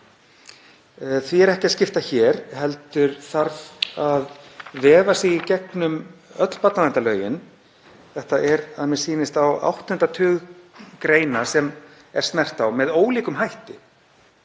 Því er ekki að skipta hér heldur þarf að vefa sig í gegnum öll barnaverndarlögin. Þetta er að mér sýnist á áttunda tug greina sem snert er á og með ólíkum hætti.